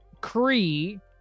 Kree